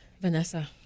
Vanessa